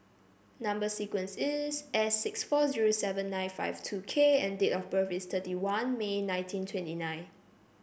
number sequence is S six four zero seven nine five two K and date of birth is thirty one May nineteen twenty nine